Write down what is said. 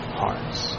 hearts